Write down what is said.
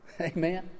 Amen